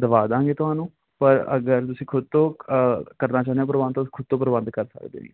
ਦਬਾ ਦਾਂਗੇ ਤੁਹਾਨੂੰ ਪਰ ਅਗਰ ਤੁਸੀਂ ਖੁਦ ਤੋਂ ਕਰਨਾ ਚਾਹੁੰਦੇ ਹੋ ਭਰਵਾਉਣ ਤੋਂ ਖੁਦ ਤੋਂ ਪ੍ਰਬੰਧ ਕਰ ਸਕਦੇ ਹੋ ਜੀ